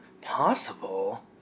possible